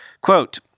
Quote